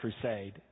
Crusade